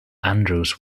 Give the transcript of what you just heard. andrews